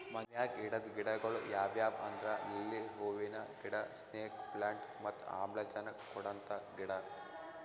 ಮನ್ಯಾಗ್ ಇಡದ್ ಗಿಡಗೊಳ್ ಯಾವ್ಯಾವ್ ಅಂದ್ರ ಲಿಲ್ಲಿ ಹೂವಿನ ಗಿಡ, ಸ್ನೇಕ್ ಪ್ಲಾಂಟ್ ಮತ್ತ್ ಆಮ್ಲಜನಕ್ ಕೊಡಂತ ಗಿಡ